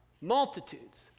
Multitudes